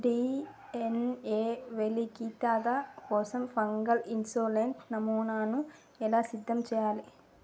DNA వెలికితీత కోసం fungal isolate నమూనాను ఎలా సిద్ధం చెయ్యాలి?